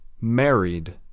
married